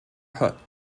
hutt